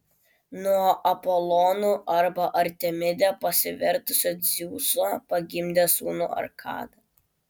nuo apolonu arba artemide pasivertusio dzeuso pagimdė sūnų arkadą